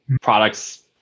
products